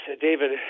David